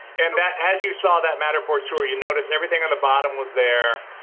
and that, as you saw, that matterport tour, you notice everything on the bottom was there,